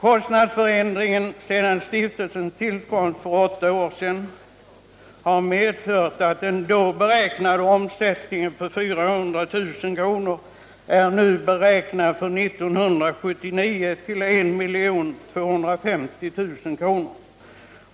Kostnadsförändringen sedan stiftelsens tillkomst för åtta år sedan har medfört att den då beräknade omsättningen på 400 000 kr. för år 1979 kommer att uppgå till I 250 000 kr.